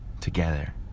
together